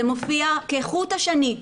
זה מופיע כחוט השני,